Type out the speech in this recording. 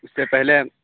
اس سے پہلے